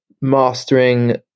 mastering